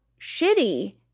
shitty